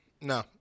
no